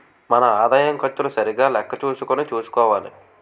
మన ఆదాయం ఖర్చులు సరిగా లెక్క చూసుకుని చూసుకోవాలి